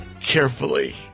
carefully